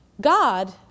God